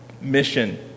mission